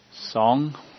song